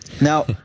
Now